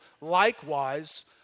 likewise